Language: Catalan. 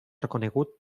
reconegut